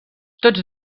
tots